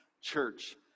church